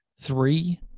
three